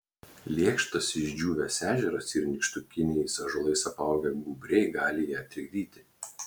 lėkštas išdžiūvęs ežeras ir nykštukiniais ąžuolais apaugę gūbriai gali ją trikdyti